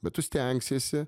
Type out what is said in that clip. bet tu stengsiesi